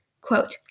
quote